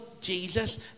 Jesus